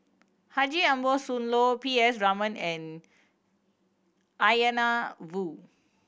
Haji Ambo Sooloh P S Raman and Woo